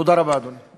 תודה רבה, אדוני.